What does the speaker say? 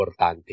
importante